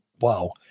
wow